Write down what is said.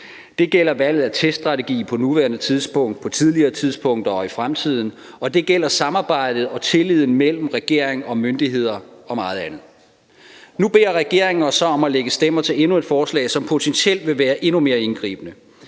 Det gælder valget af teststrategi på nuværende tidspunkt, på tidligere tidspunkter og i fremtiden, og det gælder samarbejdet og tilliden mellem regering og myndigheder og meget andet. Nu beder regeringen os så om at lægge stemmer til endnu et forslag, som potentielt vil være endnu mere indgribende.